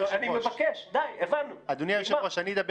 אדוני היושב-ראש.